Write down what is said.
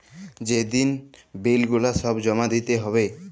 যে দিন বিল গুলা সব জমা দিতে হ্যবে